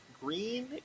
green